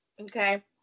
Okay